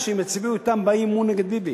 שהם יצביעו אתם באי-אמון נגד ביבי.